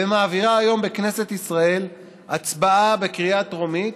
ומעבירה היום בכנסת ישראל הצבעה בקריאה טרומית